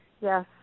yes